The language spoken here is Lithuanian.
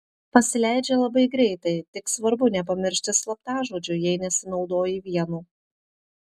pasileidžia labai greitai tik svarbu nepamiršti slaptažodžių jei nesinaudoji vienu